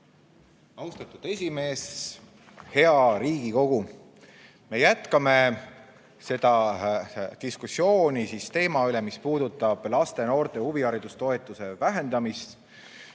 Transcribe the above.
Austatud esimees! Hea Riigikogu! Me jätkame seda diskussiooni teema üle, mis puudutab laste ja noorte huvihariduse toetuse vähendamist.